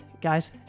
Guys